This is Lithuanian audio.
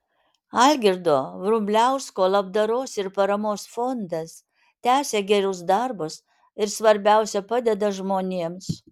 algirdo vrubliausko labdaros ir paramos fondas tęsia gerus darbus ir svarbiausia padeda žmonėms